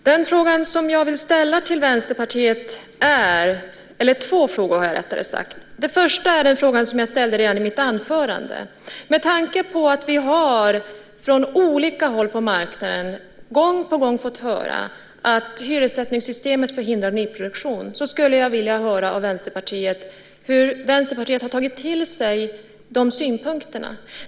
Herr talman! Jag vill ställa två frågor till Vänsterpartiet. Den första är den som jag också ställde i mitt huvudanförande. Med tanke på att vi från olika håll på marknaden gång på gång fått höra att hyressättningssystemet förhindrar nyproduktion skulle jag vilja höra hur Vänsterpartiet tagit till sig de synpunkterna.